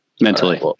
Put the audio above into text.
mentally